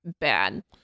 bad